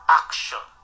action